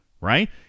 right